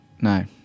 No